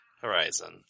Horizon